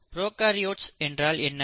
prokaryotes என்றால் என்ன